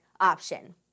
option